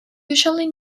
usually